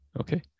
Okay